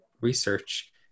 research